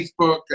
Facebook